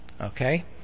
Okay